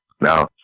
Now